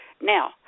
Now